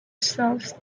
serves